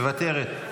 מוותרת.